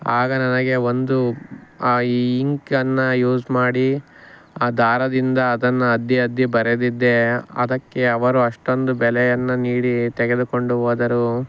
ಆಗ ನನಗೆ ಒಂದು ಆ ಇಂಕನ್ನು ಯೂಸ್ ಮಾಡಿ ಆ ದಾರದಿಂದ ಅದನ್ನು ಅದ್ದಿ ಅದ್ದಿ ಬರೆದಿದ್ದೆ ಅದಕ್ಕೆ ಅವರು ಅಷ್ಟೊಂದು ಬೆಲೆಯನ್ನು ನೀಡಿ ತೆಗೆದುಕೊಂಡು ಹೋದರು